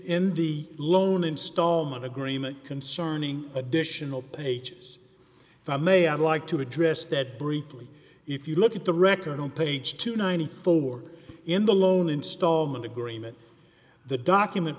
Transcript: in the loan installment agreement concerning additional pages if i may i'd like to address that briefly if you look at the record on page two hundred and ninety four in the loan installment agreement the document